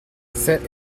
set